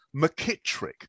McKittrick